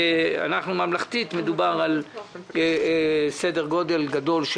ממלכתית מדובר על תקציב בסדר גודל גדול.